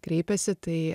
kreipiasi tai